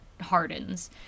hardens